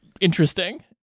interesting